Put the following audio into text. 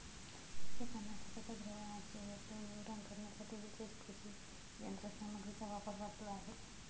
शेतांना खताच्या द्रावणाचे योग्य वितरण करण्यासाठी विशेष कृषी यंत्रसामग्रीचा वापर वाढला आहे